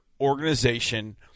organization